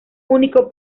único